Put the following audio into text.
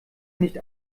nicht